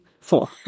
Four